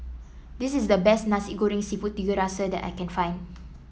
this is the best Nasi Goreng seafood Tiga Rasa that I can find